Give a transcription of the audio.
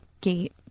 gate